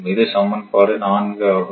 இது சமன்பாடு 4 ஆகும்